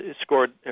scored